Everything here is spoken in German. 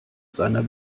seiner